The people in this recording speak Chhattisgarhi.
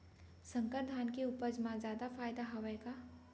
संकर धान के उपज मा जादा फायदा हवय का?